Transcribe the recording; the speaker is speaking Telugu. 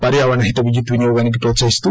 పర్యావరణహిత విద్యుత్ వినియోగానికి ప్రోత్సహిస్తూ